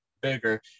bigger